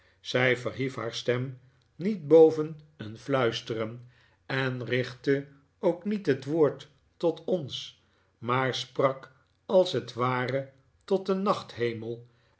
zij verhief haar stem niet boven een fluisteren en richtte ook niet het woord tot ons maar sprak als het ware tot den